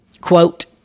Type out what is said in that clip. quote